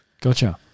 Gotcha